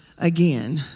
again